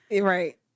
right